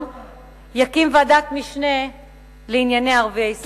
יקים ועדת משנה לענייני ערביי ישראל.